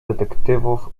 detektywów